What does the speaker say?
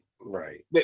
right